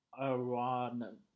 Iran